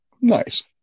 nice